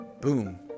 Boom